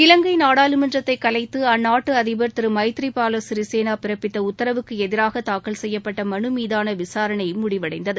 இலங்கை நாடாளுமன்றத்தை கலைத்து அந்நாட்டு அதிபர் திரு மைதிரி பால சிறிசேனா பிறப்பித்த உத்தரவுக்கு எதிராக தாக்கல் செய்யப்பட்ட மனு மீதான விசாரணை முடிவடைந்தது